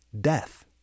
death